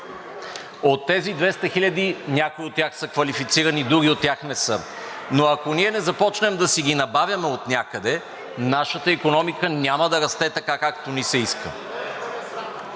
От тези 200 хиляди някои от тях са квалифицирани, други от тях не са, но ако ние не започнем да си ги набавяме отнякъде, нашата икономика няма да расте така, както ни се иска.